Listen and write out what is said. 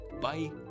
bye